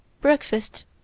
Breakfast